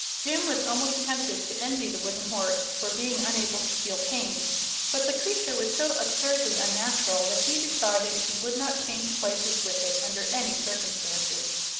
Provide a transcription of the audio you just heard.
jim was almost tempted to envy the wooden horse for being unable to feel pain but the creature was so absurdly unnatural that he decided he would not change places with it under any circumstances.